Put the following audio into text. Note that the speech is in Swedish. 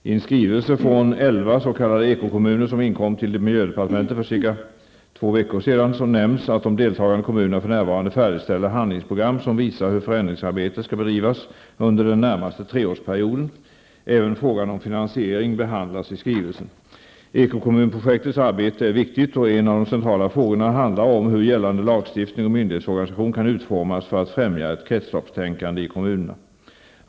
I en skrivelse från elva s.k. ekokommuner som inkom till miljödepartementet för ca två veckor sedan nämns att de deltagande kommunerna för närvarande färdigställer handlingsprogram som visar hur förändringsarbetet skall bedrivas under den närmaste treårsperioden. Även frågan om finansiering behandlas i skrivelsen. Ekokommunprojektets arbete är viktigt, och en av de centrala frågorna handlar om hur gällande lagstiftning och myndighetsorganisation kan utformas för att främja ett kretsloppstänkande i kommunerna.